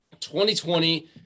2020